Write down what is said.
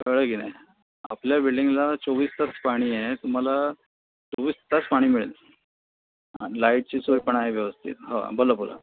कळलं की नाही आपल्या बिल्डींगला चोवीस तास पाणी आहे तुम्हाला चोवीस तास पाणी मिळेल आणि लाईटची सोय पण आहे व्यवस्थित हो बोला बोला